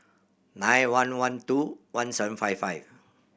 nine one one two one seven five five